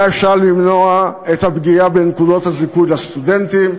היה אפשר למנוע את הפגיעה בנקודות הזיכוי לסטודנטים.